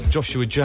Joshua